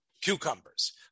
cucumbers